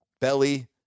Belly